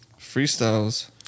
freestyles